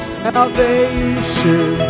salvation